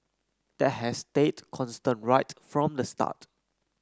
that has stayed constant right from the start